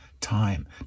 time